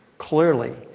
clearly,